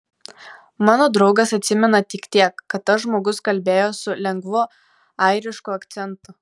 mano draugas atsimena tik tiek kad tas žmogus kalbėjo su lengvu airišku akcentu